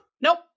nope